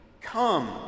Come